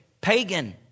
pagan